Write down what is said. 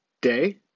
day